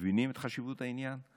מבינים את חשיבות העניין,